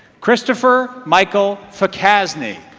christopher michael fakasny